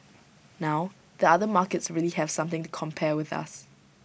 now the other markets really have something to compare with us